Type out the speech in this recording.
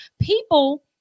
People